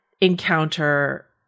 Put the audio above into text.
encounter